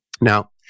Now